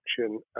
action